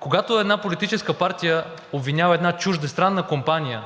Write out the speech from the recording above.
когато една политическа партия обвинява една чуждестранна компания,